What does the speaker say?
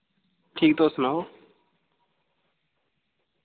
ठीक तुस सनाओ